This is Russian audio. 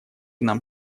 нам